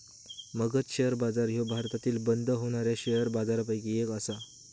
Magadh share बाजार ह्यो भारतातील बंद होणाऱ्या शेअर बाजारपैकी एक आसा